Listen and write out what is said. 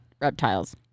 reptiles